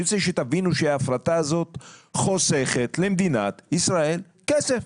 אני רוצה שתבינו שההפרטה הזאת חוסכת למדינת ישראל כסף.